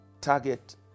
target